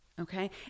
okay